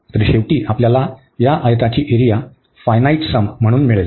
तर शेवटी आपल्याला या आयताची एरिया फायनाईट सम म्हणून मिळेल